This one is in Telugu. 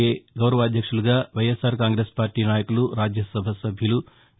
ఏ గౌరవాధ్యక్షులుగా వైఎస్సార్ కాంగ్రెస్ పార్టీ నాయకులు రాజ్యసభ సభ్యులు వి